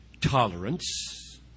tolerance